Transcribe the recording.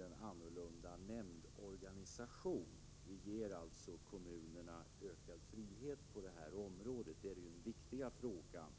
en annorlunda nämndorganisation. Vi ger alltså kommunerna ökad frihet på detta område. Det är ju den viktiga frågan.